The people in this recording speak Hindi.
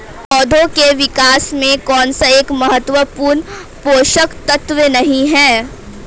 पौधों के विकास में कौन सा एक महत्वपूर्ण पोषक तत्व नहीं है?